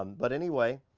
um but anyway,